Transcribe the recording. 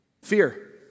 Fear